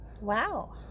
Wow